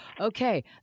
okay